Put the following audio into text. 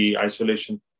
isolation